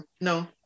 No